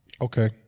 okay